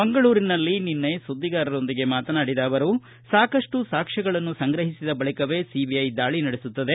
ಮಂಗಳೂರಿನಲ್ಲಿ ನಿನ್ನೆ ಸುದ್ದಿಗಾರರೊಂದಿಗೆ ಮಾತನಾಡಿದ ಅವರು ಸಾಕಷ್ಟು ಸಾಕ್ಷ್ಮಗಳನ್ನು ಸಂಗ್ರಹಿಸಿದ ಬಳಿಕವೇ ಸಿಬಿಐ ದಾಳಿ ನಡೆಸುತ್ತದೆ